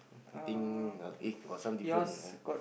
I think uh eh got some different ah